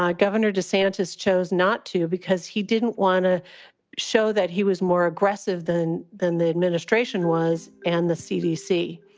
ah governor to scientists chose not to because he didn't want to show that he was more aggressive than than the administration was and the cdc.